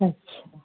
अछा